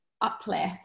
uplift